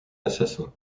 assassin